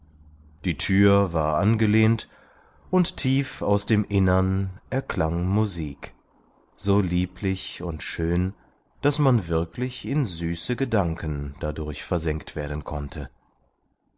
die thür war angelehnt und tief aus dem innern erklang musik so lieblich und schön daß man wirklich in süße gedanken dadurch versenkt werden konnte